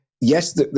yes